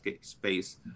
space